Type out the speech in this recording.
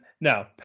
No